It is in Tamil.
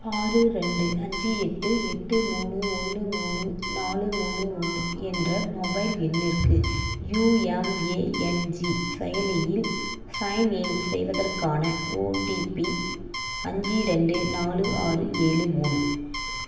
ஆறு ரெண்டு அஞ்சு எட்டு எட்டு மூணு ஒன்று மூணு நாலு மூணு ஒன்று என்ற மொபைல் எண்ணிற்கு யூஎம்ஏஎன்ஜி செயலியில் சைன் இன் செய்வதற்கான ஓடிபி அஞ்சு ரெண்டு நாலு ஆறு ஏழு மூணு